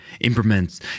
implements